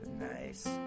Nice